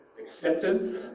acceptance